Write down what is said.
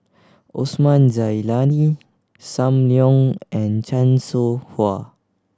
Osman Zailani Sam Leong and Chan Soh Ha